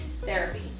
therapy